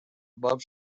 above